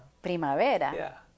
Primavera